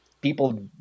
people